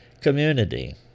community